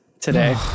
today